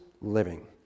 living